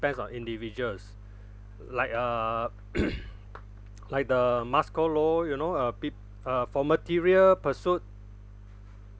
depends on individuals like err like the moscow law you know uh p~ uh for material pursuit